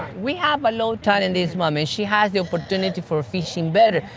we have a low tide, and this mummy, she has the opportunity for fishing better,